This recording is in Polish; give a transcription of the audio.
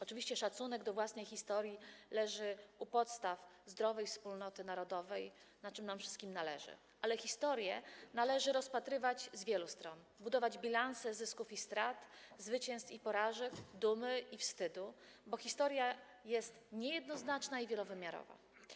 Oczywiście szacunek do własnej historii leży u podstaw zdrowej wspólnoty narodowej, na czym nam wszystkim zależy, ale historię należy rozpatrywać z wielu stron, budować bilanse zysków i strat, zwycięstw i porażek, dumy i wstydu, bo historia jest niejednoznaczna i wielowymiarowa.